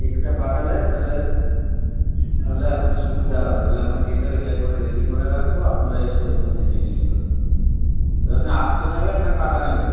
ডেকটা পাঠালে তাহলে তাহলে আপনার সুবিধা হবে তাহলে আমরা কেটে ওইটায় করে রেডি করে রাখবো আপনারা এসে ওজন দেখে নিয়ে যাবেন তবে আপনি আস্ত নেবেন না কাটা নেবেন